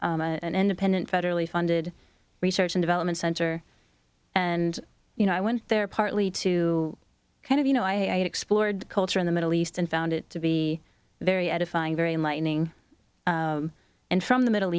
s an independent federally funded research and development center and you know i went there partly to kind of you know i explored the culture in the middle east and found it to be very edifying very enlightening and from the middle